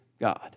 God